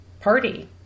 party